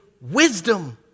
Wisdom